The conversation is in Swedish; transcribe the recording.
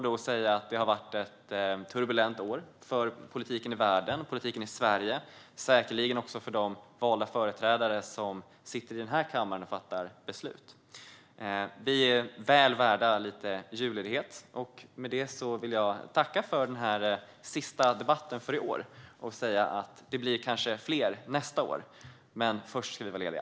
Det har varit ett turbulent år för politiken i världen, politiken i Sverige och säkerligen också för oss valda företrädare som sitter i den här kammaren och fattar beslut. Vi är väl värda lite julledighet. Jag vill tacka för den här sista debatten för i år. Det blir kanske fler nästa år, men först ska vi vara lediga.